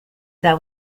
that